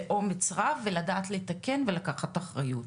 באומץ רב, ולדעת לתקן ולקחת אחריות.